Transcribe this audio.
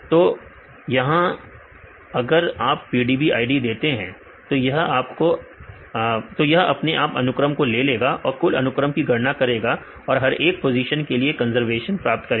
तो यहां अगर आप PDB id देते हैं तो यह अपने आप अनुक्रम को ले लेगा और कुल अनुक्रम की गणना करेगा और हर एक पोजीशन के लिए कंजर्वशन प्राप्त करेगा